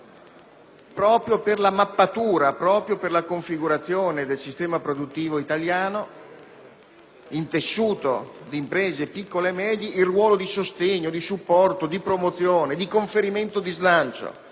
proprio per la mappatura e la configurazione del sistema produttivo italiano, intessuto di imprese piccole e medie, il ruolo di sostegno, di supporto, di promozione, di conferimento di slancio